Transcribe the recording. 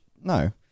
no